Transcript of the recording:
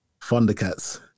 Thundercats